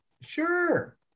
sure